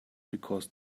because